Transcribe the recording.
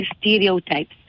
stereotypes